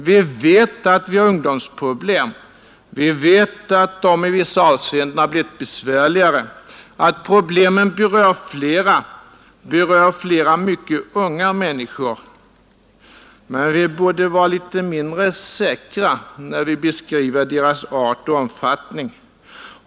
Vi vet att vi har ungdomsproblem, vi vet att de i vissa avseenden har blivit besvärligare, vi vet att problemen berör flera, berör flera mycket unga människor. Men vi borde vara litet mindre säkra när vi beskriver deras art och omfattning.